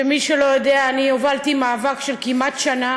שמי שלא יודע, אני הובלתי מאבק של כמעט שנה